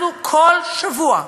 אנחנו כל שבוע,